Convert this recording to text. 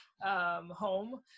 home